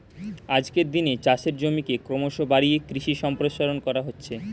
আজকের দিনে চাষের জমিকে ক্রমশ বাড়িয়ে কৃষি সম্প্রসারণ করা হচ্ছে